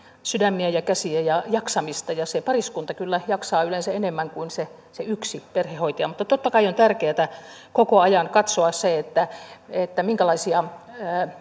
sydämiä ja käsiä ja jaksamista ja se pariskunta kyllä jaksaa yleensä enemmän kuin se se yksi perhehoitaja mutta totta kai on tärkeätä koko ajan katsoa se minkälaisia